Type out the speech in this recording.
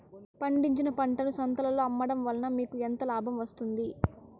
పండించిన పంటను సంతలలో అమ్మడం వలన మీకు ఎంత లాభం వస్తుంది?